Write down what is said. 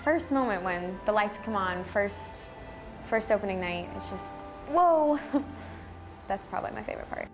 first moment when the lights come on first first opening night just whoa that's probably my favorite part